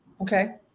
okay